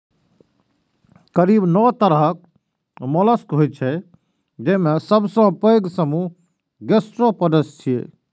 करीब नौ तरहक मोलस्क होइ छै, जेमे सबसं पैघ समूह गैस्ट्रोपोड्स छियै